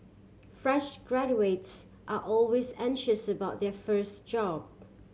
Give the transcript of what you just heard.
fresh graduates are always anxious about their first job